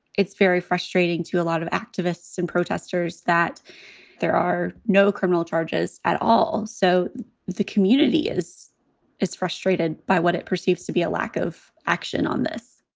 it's very frustrating to a lot of activists and protesters that there are no criminal charges at all. so the community is as frustrated by what it perceives to be a lack of action on this